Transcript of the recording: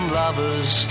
lovers